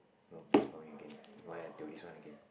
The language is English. no is again why I do this one again